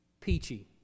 peachy